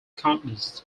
contest